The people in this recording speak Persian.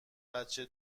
بچه